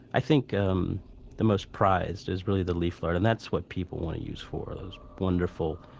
i think um the most prized is really the leaf lard, and that's what people want to use for those wonderful,